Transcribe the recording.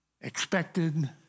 expected